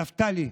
נפתלי,